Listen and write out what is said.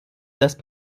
lässt